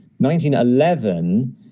1911